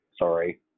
sorry